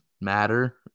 matter